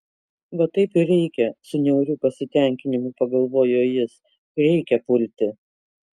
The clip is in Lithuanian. va taip ir reikia su niauriu pasitenkinimu pagalvojo jis reikia pulti